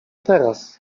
teraz